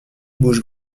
bouche